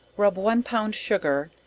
rub one pound sugar,